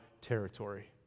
territory